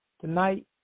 tonight